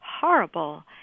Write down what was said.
horrible